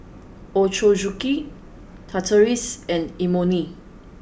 Ochazuke Tortillas and Imoni